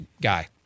guy